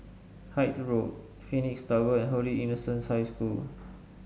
Hythe Road Phoenix Tower and Holy Innocents' High School